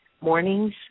mornings